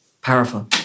Powerful